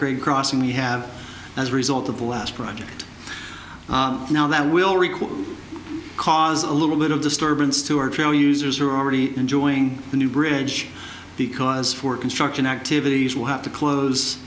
aggrey crossing we have as a result of the last project now that will require cause a little bit of disturbance to our trail users are already enjoying the new bridge because for construction activities will have to close